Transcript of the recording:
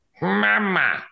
mama